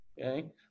okay